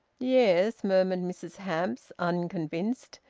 yes, murmured mrs hamps, unconvinced.